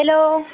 hello